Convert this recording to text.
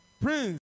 Prince